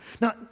Now